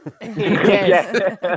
Yes